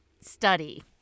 study